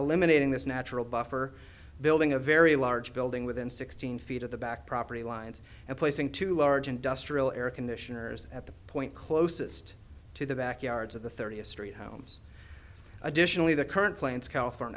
eliminating this natural buffer building a very large building within sixteen feet of the back property lines and placing two large industrial air conditioners at the point closest to the backyards of the thirtieth street homes additionally the current plans califor